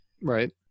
right